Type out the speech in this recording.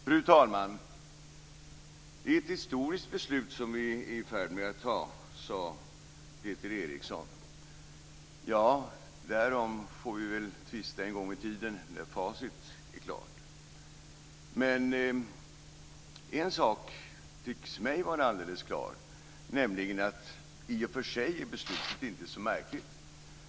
Fru talman! Det är ett historiskt beslut som vi är i färd med att fatta, sade Peter Eriksson. Därom får vi väl tvista en gång i tiden när facit är klart. Men en sak tycks mig vara alldeles klar, nämligen att beslutet i och för sig inte är så märkligt.